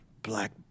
Black